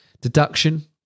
deduction